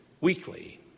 weekly